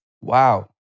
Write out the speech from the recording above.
Wow